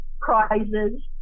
prizes